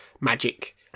magic